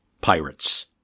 pirates